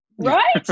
Right